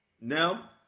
Now